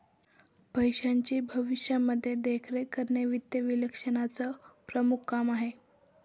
पैशाची भविष्यामध्ये देखरेख करणे वित्त विश्लेषकाचं प्रमुख काम आहे